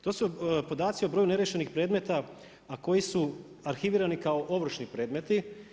To su podaci o broju neriješenih predmeta a koji su arhivirani kao ovršni predmeti.